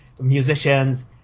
musicians